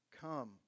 come